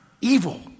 evil